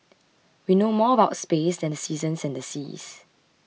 we know more about space than the seasons and the seas